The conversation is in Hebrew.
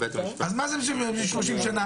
אז מה זה אם זה 30 שנה?